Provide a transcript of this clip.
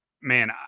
man